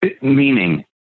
Meaning